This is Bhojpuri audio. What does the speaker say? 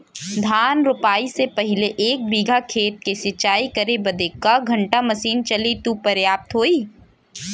धान रोपाई से पहिले एक बिघा खेत के सिंचाई करे बदे क घंटा मशीन चली तू पर्याप्त होई?